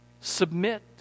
Submit